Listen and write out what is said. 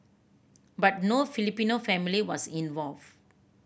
but no Filipino family was involved